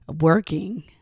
working